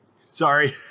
Sorry